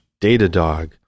Datadog